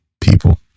people